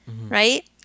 right